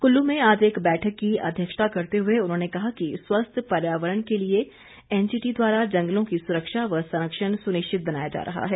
कुल्लू में आज एक बैठक की अध्यक्षता करते हुए उन्होंने कहा कि स्वस्थ पर्यावरण के लिए एनजीटी द्वारा जंगलों की सुरक्षा व संरक्षण सुनिश्चित बनाया जा रहा है